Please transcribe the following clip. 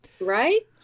right